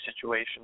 situation